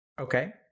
Okay